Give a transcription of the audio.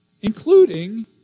including